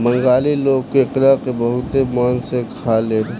बंगाली लोग केकड़ा के बहुते मन से खालेन